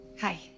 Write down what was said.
Hi